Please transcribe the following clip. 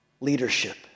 leadership